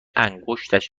انگشتش